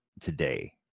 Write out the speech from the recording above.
today